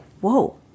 whoa